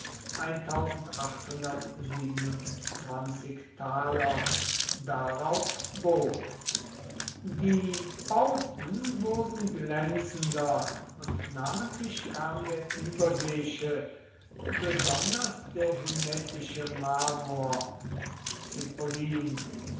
darauf bot die bauten wurden glänzender und namentlich kam der überseeische besonders der hymettische marmor